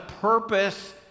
purpose